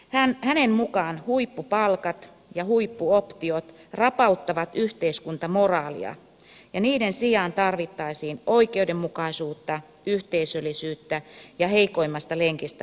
hänen mukaansa huippupalkat ja huippuoptiot rapauttavat yhteiskuntamoraalia ja niiden sijaan tarvittaisiin oikeudenmukaisuutta yhteisöllisyyttä ja heikoimmasta lenkistä huolehtimista